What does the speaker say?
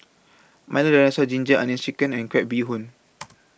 Milo Dinosaur Ginger Onions Chicken and Crab Bee Hoon